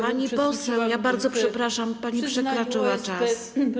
Pani poseł, ja bardzo przepraszam, pani przekroczyła czas.